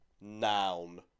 noun